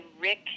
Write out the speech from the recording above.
Rick